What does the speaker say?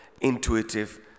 intuitive